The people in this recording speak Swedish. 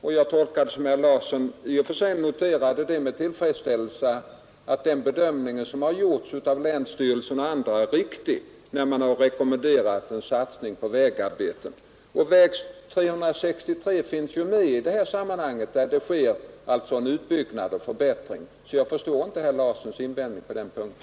Jag tolkade det också på det sättet att herr Larsson i Umeå med tillfredsställelse noterade detta och att den bedömning som gjorts av länsstyrelsen och andra var riktig, när man rekommenderade en stark satsning på vägarbeten. Väg 363 finns ju med i det sammanhanget. Där sker det en utbyggnad och förbättring. Jag förstår därför inte herr Larssons invändning på den punkten.